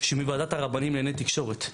מוועדת הרבנים לענייני תקשורת.